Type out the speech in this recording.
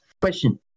question